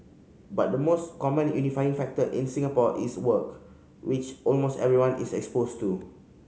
but the most common unifying factor in Singapore is work which almost everyone is exposed to